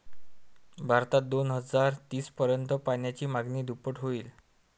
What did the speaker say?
भारतात दोन हजार तीस पर्यंत पाण्याची मागणी दुप्पट होईल